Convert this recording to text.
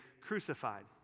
crucified